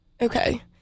Okay